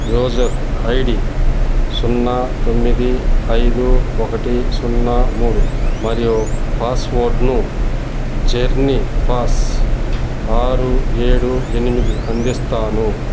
user ID సున్నా తొమ్మిది ఐదు ఒకటి సున్నా మూడు మరియు పాస్వర్డ్ను జర్నీ పాస్ ఆరు ఏడు ఎనిమిది అందిస్తాను